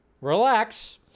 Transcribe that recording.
Relax